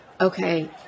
okay